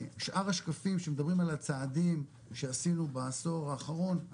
שאר השקפים שמדברים על הצעדים שעשינו בעשור האחרון,